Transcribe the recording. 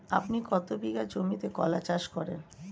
আপনি কত বিঘা জমিতে কলা চাষ করেন?